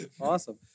Awesome